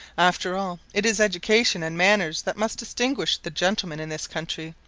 after all, it is education and manners that must distinguish the gentleman in this country,